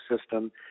system